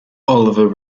oliver